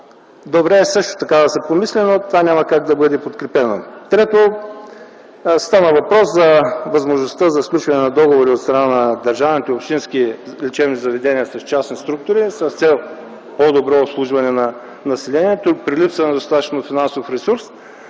Добре е също така да се помисли, но това няма как да бъде подкрепено. Трето, стана въпрос за възможността за сключване на договори от страна на държавните и общински лечебни заведения с частни структури с цел по-добро обслужване на населението при липсата на достатъчно финансов ресурс.